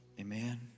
amen